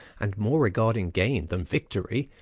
and more regarding gain than victory,